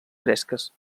fresques